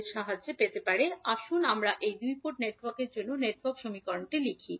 এ থেকে আমরা যা বলতে পারি সুতরাং আসুন প্রথমে এই দুটি দ্বি পোর্ট নেটওয়ার্কের জন্য নেটওয়ার্ক সমীকরণ লিখি